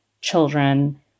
children